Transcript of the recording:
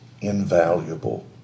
invaluable